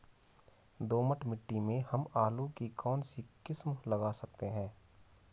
दोमट मिट्टी में हम आलू की कौन सी किस्म लगा सकते हैं?